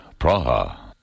Praha